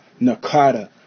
Nakata